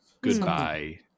goodbye